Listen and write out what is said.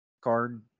card